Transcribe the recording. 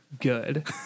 good